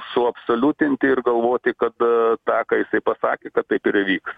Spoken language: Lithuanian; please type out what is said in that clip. suabsoliutinti ir galvoti kad tą ką jisai pasakė kad taip įvyks